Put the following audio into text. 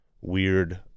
weird